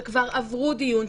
שכבר עברו דיון,